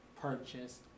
purchase